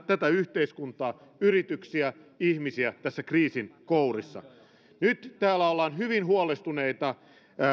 tätä yhteiskuntaa yrityksiä ihmisiä tässä kriisin kourissa nyt täällä ollaan hyvin huolestuneita